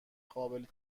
قابل